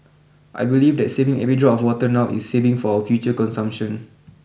I believe that saving every drop of water now is saving for our future consumption